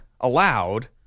allowed